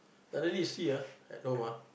suddenly you see ah at home ah